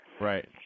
Right